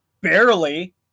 Barely